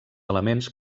elements